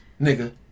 nigga